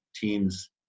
teams